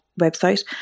website